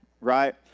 right